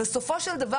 בסופו של דבר,